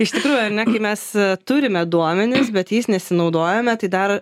iš tikrųjų ane kai mes turime duomenis bet jais nesinaudojame tai dar